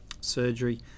surgery